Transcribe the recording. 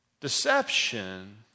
deception